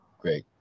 Great